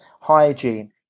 hygiene